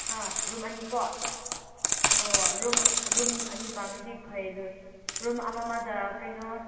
ꯑꯥ room ꯑꯅꯤ ꯀꯣ ꯑꯣ ꯔꯨꯝ ꯔꯨꯝ ꯑꯅꯤ ꯄꯥꯝꯃꯗꯤ ꯐꯩ ꯑꯗꯨ ꯔꯨꯝ ꯑꯃꯃꯝꯗ ꯀꯩꯅꯣ